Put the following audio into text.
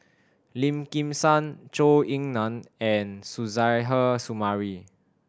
Lim Kim San Zhou Ying Nan and Suzairhe Sumari